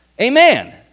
Amen